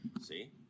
See